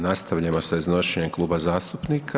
Nastavljamo sa iznošenjem kluba zastupnika.